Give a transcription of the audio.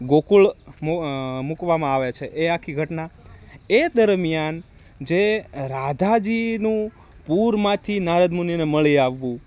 ગોકુળ મૂકવામાં આવે છે એ આખી ઘટના એ દરમિયાન જે રાધાજીનું પૂરમાંથી નારદ મુનિને મળી આવવું